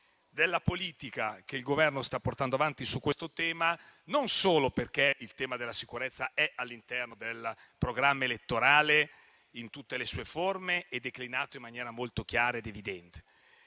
della politica che il Governo sta portando avanti su questo tema, non solo perché il tema della sicurezza è all'interno del programma elettorale in tutte le sue forme, declinato in maniera molto chiara ed evidente.